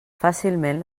fàcilment